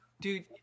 Dude